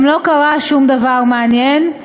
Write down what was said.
גם לא קרה שום דבר מעניין,